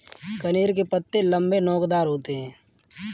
कनेर के पत्ते लम्बे, नोकदार होते हैं